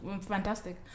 fantastic